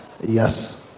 Yes